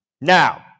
Now